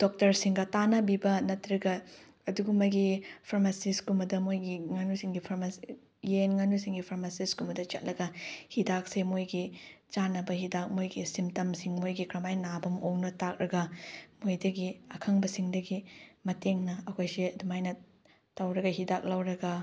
ꯗꯣꯛꯇꯔꯁꯤꯡꯒ ꯇꯥꯟꯅꯕꯤꯕ ꯅꯠꯇ꯭ꯔꯒ ꯑꯗꯨꯒꯨꯝꯕꯒꯤ ꯐꯥꯔꯃꯥꯁꯤꯁ ꯀꯨꯝꯕꯗ ꯃꯣꯏꯒꯤ ꯉꯥꯅꯨꯁꯤꯡꯒꯤ ꯌꯦꯟ ꯉꯥꯅꯨꯁꯤꯡꯒꯤ ꯐꯥꯔꯃꯥꯁꯤꯁ ꯀꯨꯝꯕꯗ ꯆꯠꯂꯒ ꯍꯤꯗꯥꯛꯁꯦ ꯃꯣꯏꯒꯤ ꯆꯥꯟꯅꯕ ꯍꯤꯗꯥꯛ ꯃꯈꯣꯏꯒꯤ ꯁꯤꯝꯇꯝꯁꯤꯡ ꯃꯈꯣꯏꯒꯤ ꯀꯔꯝ ꯍꯥꯏꯅ ꯅꯥꯕ ꯃꯑꯣꯡꯗꯣ ꯇꯥꯛꯂꯒ ꯃꯣꯏꯗꯒꯤ ꯑꯈꯪꯕꯁꯤꯡꯗꯒꯤ ꯃꯇꯦꯡꯅ ꯑꯩꯈꯣꯏꯁꯦ ꯑꯗꯨꯃꯥꯏꯅ ꯇꯧꯔꯒ ꯍꯤꯗꯥꯛ ꯂꯧꯔꯒ